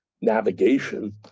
navigation